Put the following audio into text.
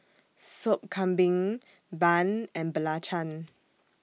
Sop Kambing Bun and Belacan